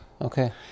okay